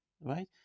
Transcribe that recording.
right